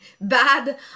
bad